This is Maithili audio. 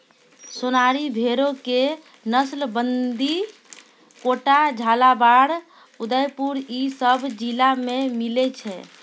सोनारी भेड़ो के नस्ल बूंदी, कोटा, झालाबाड़, उदयपुर इ सभ जिला मे मिलै छै